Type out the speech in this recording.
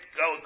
go